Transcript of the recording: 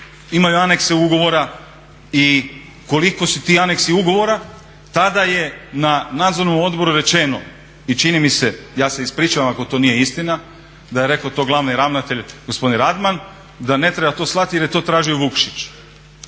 imaju anexe ugovora i koliko su ti anexi ugovora. Tada je na Nadzornom odboru rečeno i čini mi se, ja se ispričavam ako to nije istina, da je rekao to glavni ravnatelj gospodin Radman da ne treba to slati jer je to tražio Vukšić,